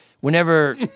whenever